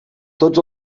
tots